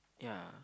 yeah